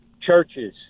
churches